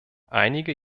einige